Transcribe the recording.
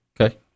Okay